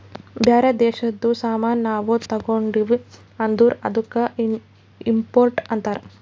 ಬ್ಯಾರೆ ದೇಶದು ಸಾಮಾನ್ ನಾವು ತಗೊಂಡಿವ್ ಅಂದುರ್ ಅದ್ದುಕ ಇಂಪೋರ್ಟ್ ಅಂತಾರ್